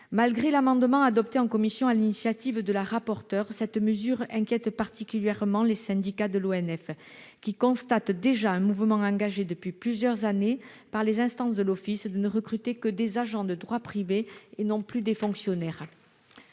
Malgré l'amendement adopté en commission sur l'initiative de Mme la rapporteure, cette mesure inquiète particulièrement les syndicats de l'ONF qui constatent déjà depuis plusieurs années que les instances de l'Office ne recrutent que des agents de droit privé, et non plus des fonctionnaires.